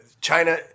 China